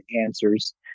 answers